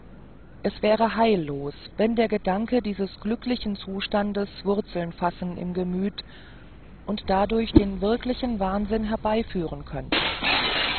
es wäre heillos wenn der gedanke dieses glücklichen zustandes wurzel fassen im gemüt und dadurch den wirklichen wahnsinn herbeiführen könnte